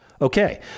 Okay